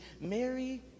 Mary